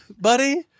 buddy